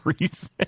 reason